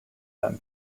them